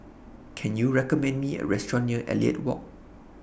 Can YOU recommend Me A Restaurant near Elliot Walk